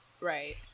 Right